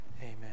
Amen